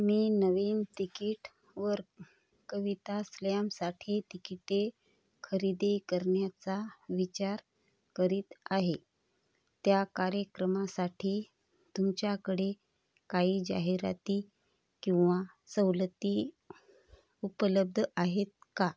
मी नवीन तिकीटवर कविता स्लॅमसाठी तिकिटे खरेदी करण्याचा विचार करीत आहे त्या कार्यक्रमासाठी तुमच्याकडे काही जाहिराती किंवा सवलती उपलब्ध आहेत का